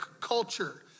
culture